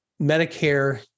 Medicare